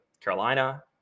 Carolina